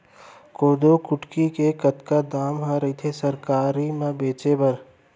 कोदो कुटकी के कतका दाम ह रइथे सरकारी म बेचे बर?